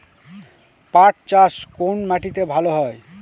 পাট চাষ কোন মাটিতে ভালো হয়?